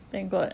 thank god